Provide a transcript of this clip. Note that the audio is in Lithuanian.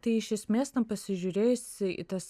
tai iš esmės ten pasižiūrėjus į tas